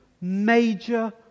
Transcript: major